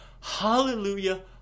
hallelujah